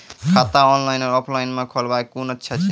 खाता ऑनलाइन और ऑफलाइन म खोलवाय कुन अच्छा छै?